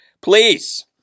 please